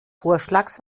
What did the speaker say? vorschlags